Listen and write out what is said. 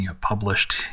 published